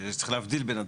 צריך להבדיל בין הדברים.